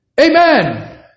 Amen